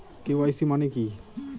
KYC মানে কি?